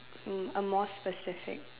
um a more specific